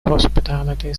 hospitality